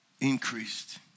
increased